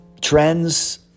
trends